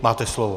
Máte slovo.